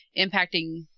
impacting